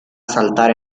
saltar